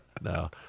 No